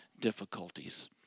difficulties